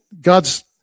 God's